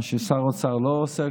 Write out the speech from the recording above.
מה ששר האוצר לא עושה,